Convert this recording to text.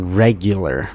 regular